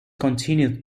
continued